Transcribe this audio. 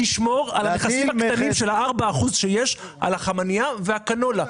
לשמור על מכסים של ה-4% שיש על החמנייה והקנולה